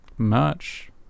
merch